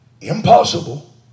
Impossible